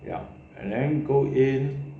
ya and then go in